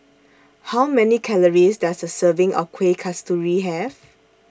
How Many Calories Does A Serving of Kueh Kasturi Have